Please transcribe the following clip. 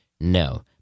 no